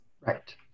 Right